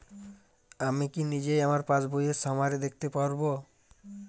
আমি কি নিজেই আমার পাসবইয়ের সামারি দেখতে পারব?